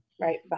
Right